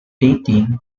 dating